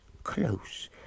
close